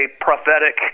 prophetic